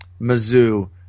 Mizzou